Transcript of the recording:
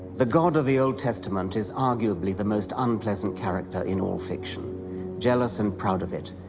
the god of the old testament is arguably the most unpleasant character in all fiction jealous and proud of it,